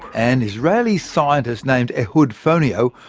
an israeli scientist named ehud fonio,